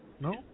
No